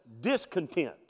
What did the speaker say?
discontent